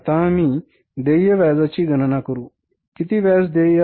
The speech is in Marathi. आता आम्ही देय व्याजाची गणना करू किती व्याज देय आहे